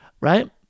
right